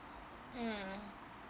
mm